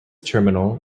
terminal